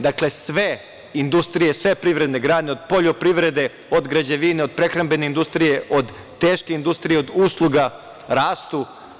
Dakle, sve industrije, sve privredne grane od poljoprivrede, od građevine, od prehrambene industrije, od teške industrije, od usluga, rastu.